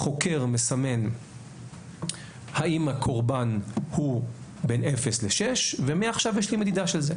החוקר מסמן האם הקורבן הוא בן אפס לשש ומעכשיו יש לי מדידה של זה.